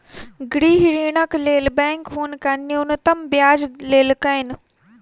गृह ऋणक लेल बैंक हुनका न्यूनतम ब्याज लेलकैन